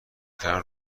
کردن